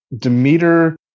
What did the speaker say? Demeter